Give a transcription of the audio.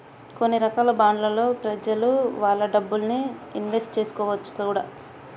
కొన్ని రకాల బాండ్లలో ప్రెజలు వాళ్ళ డబ్బుల్ని ఇన్వెస్ట్ చేసుకోవచ్చును కూడా